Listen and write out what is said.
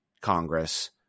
Congress